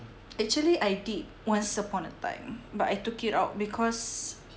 actually I did once upon a time but I took it out because